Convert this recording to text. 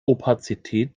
opazität